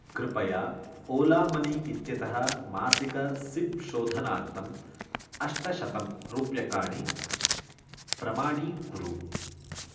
कृपया Ola money इत्यतः मासिकं सिप् शोधनार्थम् अष्टशतं रूप्यकाणि प्रमाणीकुरु